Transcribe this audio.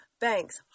banks